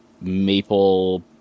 maple